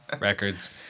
Records